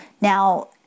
Now